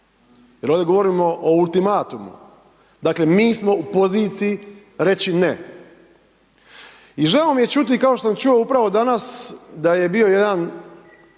jer ovdje govorimo o ultimatumu, dakle mi smo u poziciji reći ne. I žao mi je čuti, kao što sam čuo upravo danas, da je bio jedan